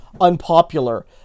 unpopular